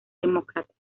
demócratas